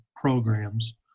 programs